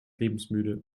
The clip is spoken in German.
lebensmüde